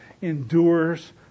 endures